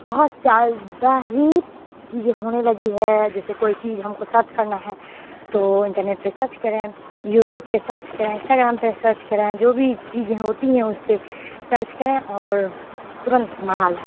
بہت زیادہ ہی چیزیں ہونے لگی ہے جیسے کوئی چیز ہم کو سرچ کرنا ہے تو انٹرنیٹ پہ سرچ کریں یوٹیوب پہ سرچ کریں انسٹاگرام پہ سرچ کریں جو بھی چیزیں ہوتی ہیں اس پہ سرچ کریں اور ترنت منگا لیں